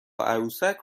عروسک